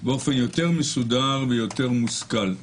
באופן יותר מסודר ויותר מושכל.